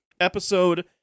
Episode